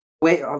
Wait